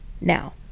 now